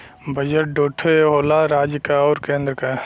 budget दू ठे होला राज्य क आउर केन्द्र क